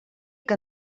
que